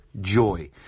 joy